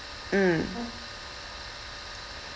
mm